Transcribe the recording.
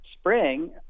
spring